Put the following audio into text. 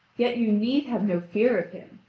yet you need have no fear of him!